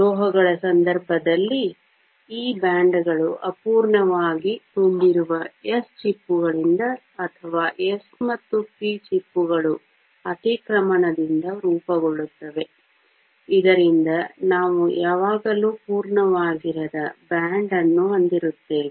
ಲೋಹಗಳ ಸಂದರ್ಭದಲ್ಲಿ ಈ ಬ್ಯಾಂಡ್ಗಳು ಅಪೂರ್ಣವಾಗಿ ತುಂಬಿರುವ s ಚಿಪ್ಪುಗಳಿಂದ ಅಥವಾ s ಮತ್ತು p ಚಿಪ್ಪುಗಳು ಅತಿಕ್ರಮಣದಿಂದ ರೂಪುಗೊಳ್ಳುತ್ತವೆ ಇದರಿಂದ ನಾವು ಯಾವಾಗಲೂ ಪೂರ್ಣವಾಗಿರದ ಬ್ಯಾಂಡ್ ಅನ್ನು ಹೊಂದಿರುತ್ತೇವೆ